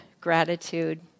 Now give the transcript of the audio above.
gratitude